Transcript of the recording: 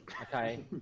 Okay